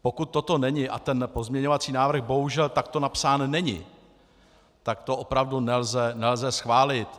Pokud toto není, a ten pozměňovací návrh bohužel takto napsán není, tak to opravdu nelze schválit.